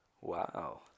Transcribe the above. Wow